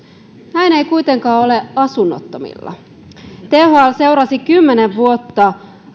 näin ei kuitenkaan ole asunnottomilla thl seurasi kymmenen vuotta